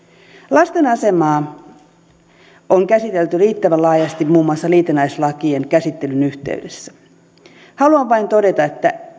lasten asemaa on käsitelty riittävän laajasti muun muassa liitännäislakien käsittelyn yhteydessä haluan vain todeta että